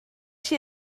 she